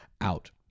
out